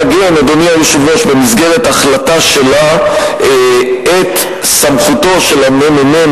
לעגן במסגרת החלטה שלה את סמכותו של הממ"מ,